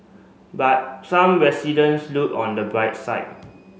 but some residents look on the bright side